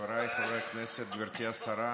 חבריי חברי הכנסת, גברתי השרה,